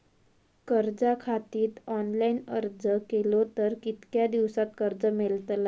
कर्जा खातीत ऑनलाईन अर्ज केलो तर कितक्या दिवसात कर्ज मेलतला?